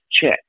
check